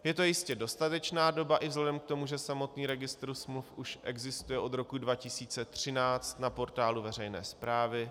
Je to jistě dostatečná doba i vzhledem k tomu, že samotný registr smluv už existuje od roku 2013 na portálu veřejné správy.